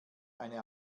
eine